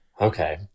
Okay